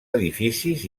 edificis